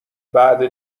بعد